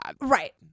Right